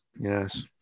yes